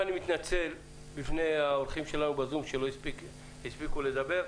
מתנצל בפני האורחים שלנו בזום שלא הספיקו לדבר.